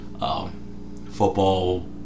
Football